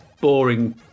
boring